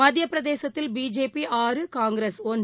மத்தியபிரதேசத்தில் BJP ஆறு காங்கிரஸ் ஒன்று